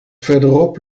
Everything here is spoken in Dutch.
verderop